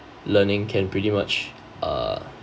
learning can pretty much uh